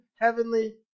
heavenly